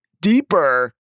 deeper